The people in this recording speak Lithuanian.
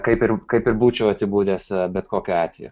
kaip ir kaip ir būčiau atsibudęs bet kokiu atveju